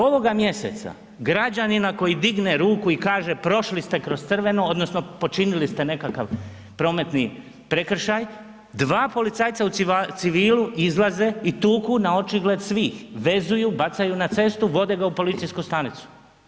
Ovoga mjeseca građanina koji digne ruku i kaže prošli ste kroz crveno odnosno počinili ste nekakav prometni prekršaj, dva policajca u civilu izlaze i tuku na očigled svih, vezuju, bacaju na cestu, vode ga u policijsku stanicu.